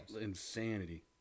insanity